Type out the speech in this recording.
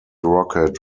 rocket